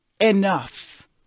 enough